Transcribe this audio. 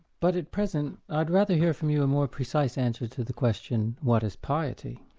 but at present i would rather hear from you a more precise answer to the question, what is piety?